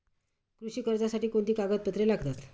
कृषी कर्जासाठी कोणती कागदपत्रे लागतात?